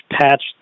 patch